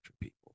people